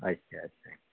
ਅੱਛਾ ਅੱਛਾ ਜੀ